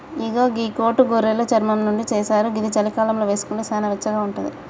ఇగో గీ కోటు గొర్రెలు చర్మం నుండి చేశారు ఇది చలికాలంలో వేసుకుంటే సానా వెచ్చగా ఉంటది